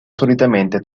solitamente